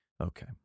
Okay